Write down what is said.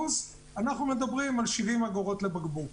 אנחנו מדברים על 70 אגורות לבקבוק.